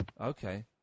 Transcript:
Okay